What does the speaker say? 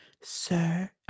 sir